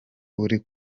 uri